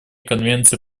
конвенции